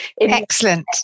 excellent